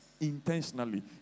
Intentionally